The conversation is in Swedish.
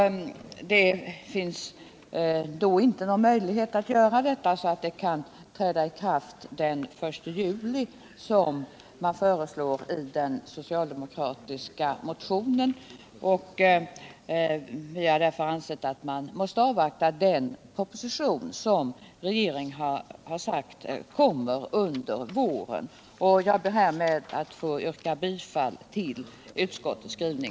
Det finns då inte någon möjlighet att slutföra arbetet så fort att ändringen kan träda i kraft den 1 juli i år, vilket föreslås i den socialdemokratiska motionen. Vi har därför ansett att man måste avvakta den proposition som regeringen har aviserat till våren. Herr talman! Jag yrkar bifall till utskottets hemställan.